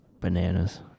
bananas